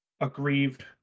aggrieved